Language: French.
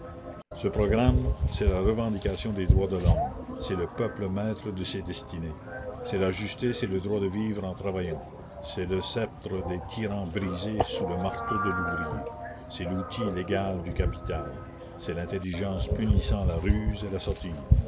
ce programme c'est la revendication des droits de l'homme c'est le peuple maître de ses destinées c'est la justice et le droit de vivre en travaillant c'est le sceptre des tyrans brisé sous le marteau de l'ouvrier c'est l'outil légal du capital c'est l'intelligence punissant la ruse et la sottise